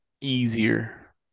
easier